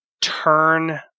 turn